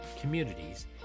communities